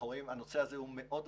הנושא הזה מאוד רגיש,